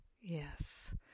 Yes